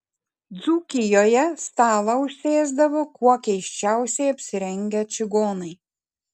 dzūkijoje stalą užsėsdavo kuo keisčiausiai apsirengę čigonai